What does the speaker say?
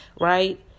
right